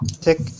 Tick